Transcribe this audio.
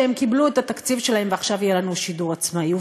שהם קיבלו את התקציב שלהם ועכשיו יהיה לנו שידור עצמאי.